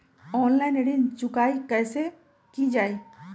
Online ऋण चुकाई कईसे की ञाई?